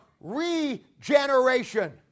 regeneration